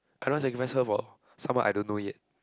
I don't want sacrifice her for someone I don't know yet